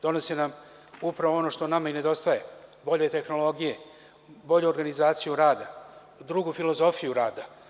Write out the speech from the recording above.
Donosi nam upravo ono što nama i nedostaje – bolje tehnologije, bolju organizaciju rada i drugu filozofiju rada.